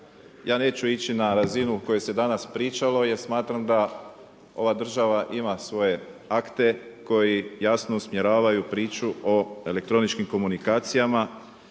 Ja neću ići na razinu u kojoj se danas pričalo jer smatram da ova država ima svoje akte koji jasno usmjeravaju priču o elektroničkim komunikacijama.